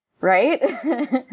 right